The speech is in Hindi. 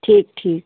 ठीक ठीक